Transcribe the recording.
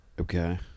Okay